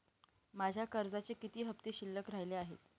माझ्या कर्जाचे किती हफ्ते शिल्लक राहिले आहेत?